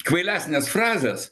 kvailesnės frazės